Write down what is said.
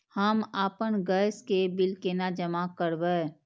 हम आपन गैस के बिल केना जमा करबे?